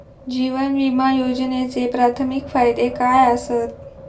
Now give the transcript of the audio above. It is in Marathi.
जीवन विमा योजनेचे प्राथमिक फायदे काय आसत?